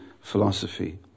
philosophy